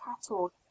cattle